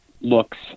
looks